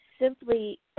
simply